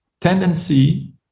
tendency